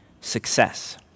Success